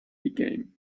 became